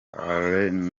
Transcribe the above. alain